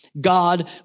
God